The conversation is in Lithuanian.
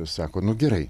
sako nu gerai